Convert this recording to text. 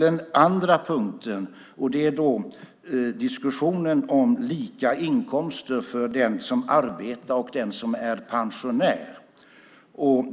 Den andra punkten gäller diskussionen om lika inkomster för den som arbetar och den som är pensionär.